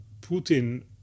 Putin